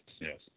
yes